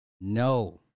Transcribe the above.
no